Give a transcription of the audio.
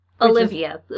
Olivia